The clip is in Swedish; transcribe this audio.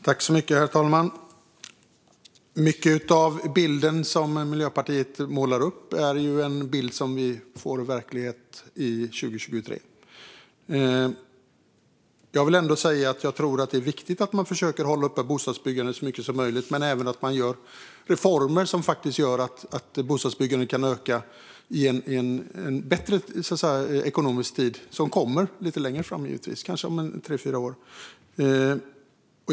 Herr talman! Mycket av den bild som Miljöpartiet målar upp blir verklighet 2023. Jag tror att det är viktigt att man försöker hålla uppe bostadsbyggandet så mycket som möjligt men även göra reformer som gör att det kan öka i en bättre ekonomisk tid som givetvis kommer lite längre fram, kanske om tre fyra år.